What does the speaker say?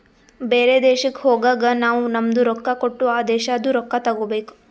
ಬೇರೆ ದೇಶಕ್ ಹೋಗಗ್ ನಾವ್ ನಮ್ದು ರೊಕ್ಕಾ ಕೊಟ್ಟು ಆ ದೇಶಾದು ರೊಕ್ಕಾ ತಗೋಬೇಕ್